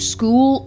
School